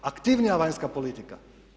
Aktivnija vanjska politika.